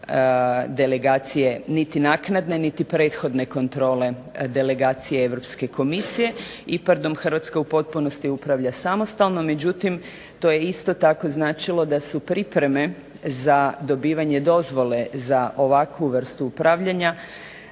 delegacije, niti naknadne niti prethodne kontrole Delegacije Europske komisije. IPARD-om Hrvatska u potpunosti upravlja samostalno, međutim to je isto tako značilo da su pripreme za dobivanje dozvole za ovakvu vrstu upravljanja